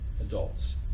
adults